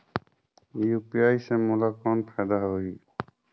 UPI से मोला कौन फायदा होही?